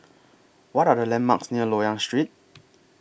What Are The landmarks near Loyang Street